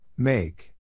Make